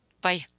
Bye